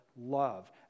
love